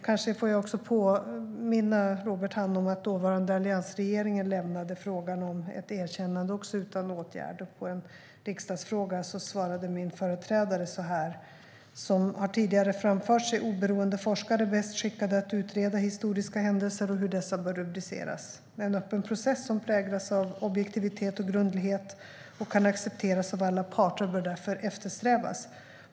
Kanske får jag också påminna Robert Hannah om att dåvarande alliansregeringen lämnade frågan om ett erkännande utan åtgärd. På en riksdagsfråga svarade min företrädare så här: "Som jag tidigare framfört är oberoende forskare bäst skickade att utreda historiska händelser och hur dessa bör rubriceras. En öppen process som präglas av objektivitet och grundlighet, och kan accepteras av alla parter, bör därför eftersträvas.